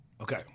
Okay